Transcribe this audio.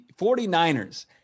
49ers